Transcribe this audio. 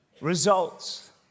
results